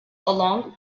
along